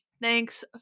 Thanks